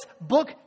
book